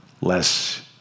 less